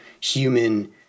human